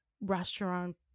restaurant